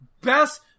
Best